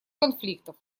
конфликтов